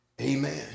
amen